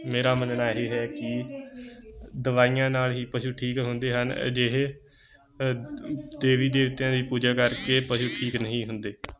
ਮੇਰਾ ਮੰਨਣਾ ਇਹੀ ਹੈ ਕਿ ਦਵਾਈਆਂ ਨਾਲ ਹੀ ਪਸ਼ੂ ਠੀਕ ਹੁੰਦੇ ਹਨ ਅਜਿਹੇ ਦੇਵੀ ਦੇਵਤਿਆਂ ਦੀ ਪੂਜਾ ਕਰਕੇ ਪਸ਼ੂ ਠੀਕ ਨਹੀਂ ਹੁੰਦੇ